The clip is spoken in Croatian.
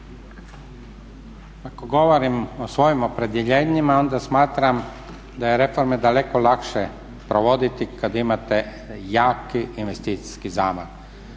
Ako govorim o svojim opredjeljenjima onda smatram da je reforme daleko lakše provoditi kada imate jaki investicijski zamah.